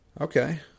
Okay